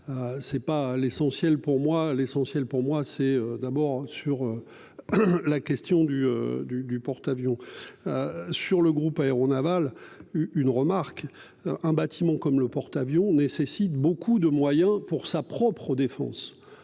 C'est pas l'essentiel pour moi l'essentiel pour moi, c'est d'abord sur. La question du du du porte-avions. Sur le groupe aéronaval. Une remarque. Un bâtiment comme le porte-porte-avions nécessite beaucoup de moyens pour sa propre défense.